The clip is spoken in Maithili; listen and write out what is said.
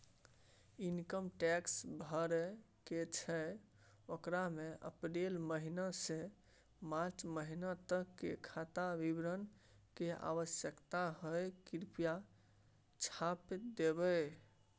इनकम टैक्स भरय के छै ओकरा में अप्रैल महिना से मार्च महिना तक के खाता विवरण के आवश्यकता हय कृप्या छाय्प देबै?